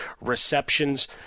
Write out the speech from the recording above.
receptions